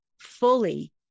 fully